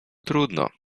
trudno